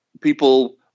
people